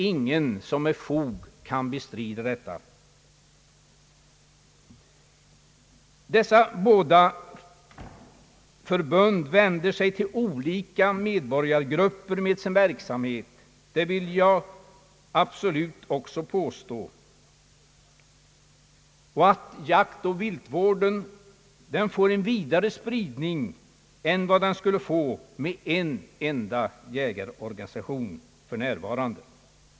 Ingen kan med fog bestrida detta. De båda förbunden vänder sig med sin verksamhet till olika medborgargrupper, det vill jag också bestämt påstå. Jaktoch viltvården får, genom att det finns två förbund, en vidare spridning än vad den för närvarande skulle få med en enda jägarorganisation.